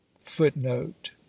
footnote